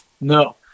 No